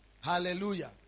Hallelujah